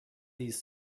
these